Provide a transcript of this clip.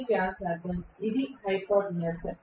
ఇది వ్యాసార్థం ఇది హైపోటెన్యూస్